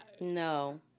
No